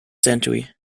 century